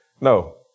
No